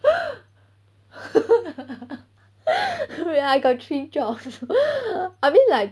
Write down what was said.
I got three jobs I mean like